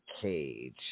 cage